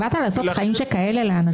באת לעשות חיים שכאלה לאנשים?